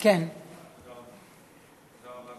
תודה רבה,